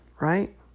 right